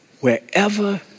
wherever